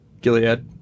Gilead